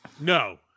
No